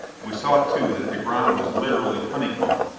we saw, too, that the ground was literally honeycombed,